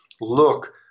look